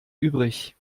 übrig